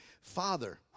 Father